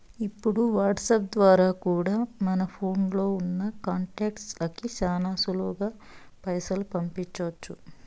ఇప్పుడు వాట్సాప్ ద్వారా కూడా మన ఫోన్లో ఉన్నా కాంటాక్ట్స్ లకి శానా సులువుగా పైసలు పంపించొచ్చు